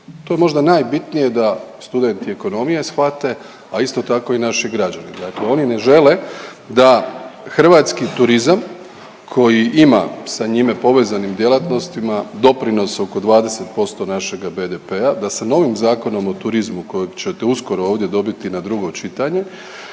To je možda najbitnije da studenti ekonomije shvate, a isto tako i naši građani. Dakle, oni ne žele da hrvatski turizam koji ima sa njime povezanim djelatnostima doprinos oko 20% našega BDP-a, da se novim Zakonom o turizmu kojeg ćete uskoro ovdje dobiti na drugo čitanje